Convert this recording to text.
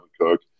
Cook